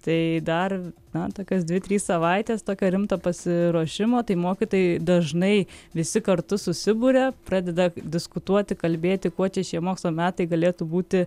tai dar na tokios dvi trys savaites tokio rimto pasiruošimo tai mokytojai dažnai visi kartu susiburia pradeda diskutuoti kalbėti kuo čia šie mokslo metai galėtų būti